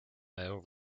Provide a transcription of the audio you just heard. mail